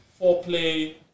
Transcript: foreplay